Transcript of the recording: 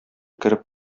кереп